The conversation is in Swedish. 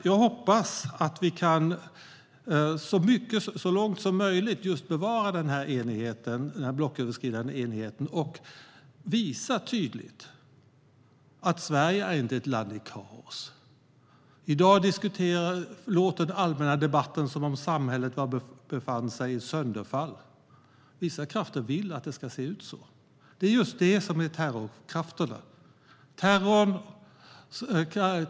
Jag hoppas att vi så långt som det är möjligt kan bevara den blocköverskridande enigheten och visa tydligt att Sverige inte är ett land i kaos. I dag låter det i den allmänna debatten som om samhället skulle befinna sig i sönderfall. Vissa krafter vill att det ska se ut så. Det är just så terrorkrafterna fungerar.